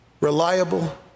reliable